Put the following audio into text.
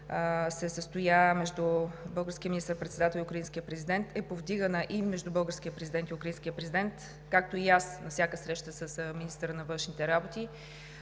се състоя между българския министър-председател и украинския президент, между българския президент и украинския президент, както и аз на всяка среща с министъра на външните работи,